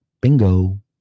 Bingo